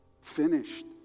finished